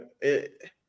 it-